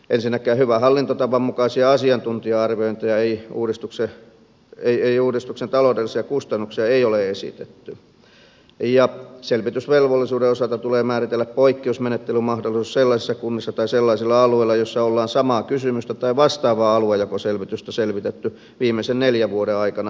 ensinnäkään hyvän hallintotavan mukaisia asiantuntija arviointeja uudistuksen taloudellisista kustannuksista ei ole esitetty ja selvitysvelvollisuuden osalta tulee määritellä poikkeusmenettelymahdollisuus sellaisissa kunnissa tai sellaisilla alueilla joissa ollaan samaa kysymystä tai vastaavaa aluejakoselvitystä selvitetty viimeisen neljän vuoden aikana lain voimaantulosta